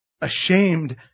Ashamed